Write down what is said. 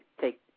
Take